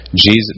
Jesus